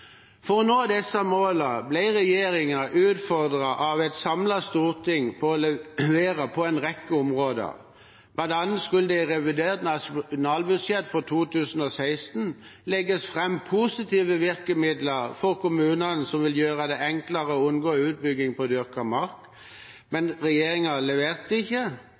For å nå disse målene ble regjeringen utfordret av et samlet storting på å levere på en rekke områder. Blant annet skulle det i revidert nasjonalbudsjett for 2016 legges fram positive virkemidler for kommunene som ville gjøre det enklere å unngå utbygging av dyrket mark. Men regjeringen leverte ikke.